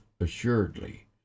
Assuredly